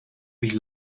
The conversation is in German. sich